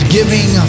Giving